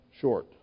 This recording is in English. short